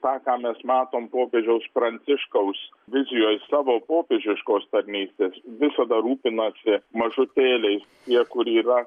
tą ką mes matom popiežiaus pranciškaus vizijoj savo popiežiškos tarnystės visada rūpinasi mažutėliais tie kur yra